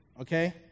okay